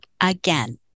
again